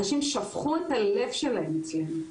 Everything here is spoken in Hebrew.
אנשים שפכו את הלב שלהם אצלנו.